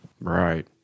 Right